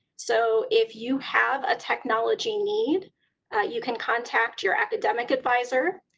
so if you have a technology need you can contact your academic advisor,